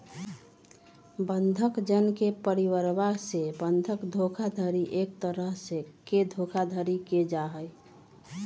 बंधक जन के परिवरवा से बंधक धोखाधडी एक तरह के धोखाधडी के जाहई